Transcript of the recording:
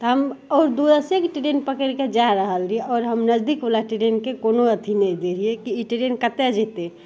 तऽ हम आओर दूरके ट्रेन पकैड़ि कऽ जाय रहल रहियै आओर हम नजदीक बला ट्रेनके कोनो अथी नहि दै रहियै कि ई ट्रेन कतय जेतै